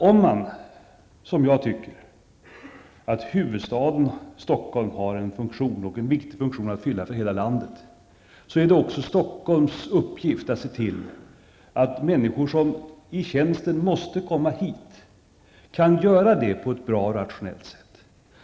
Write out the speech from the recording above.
Om man som jag tycker att huvudstaden Stockholm har en viktig funktion att fylla för hela landet, är det också Stockholms uppgift att se till att människor som i tjänsten måste komma hit kan göra det på ett bra och rationellt sätt.